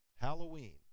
Halloween